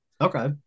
Okay